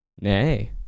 Nay